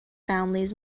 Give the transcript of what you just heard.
families